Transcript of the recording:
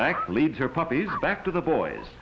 max leads her puppies back to the boys